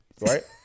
right